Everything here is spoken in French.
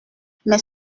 mais